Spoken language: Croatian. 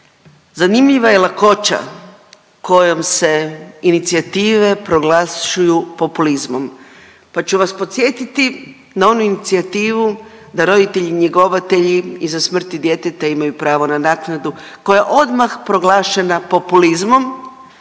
Zanimljiva je lakoća kojom se inicijative proglašuju populizmom pa ću vas podsjetiti na onu inicijativu da roditelji njegovatelji iza smrti djeteta imaju pravo na naknadu koja je odmah proglašena populizmom,